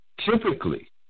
Typically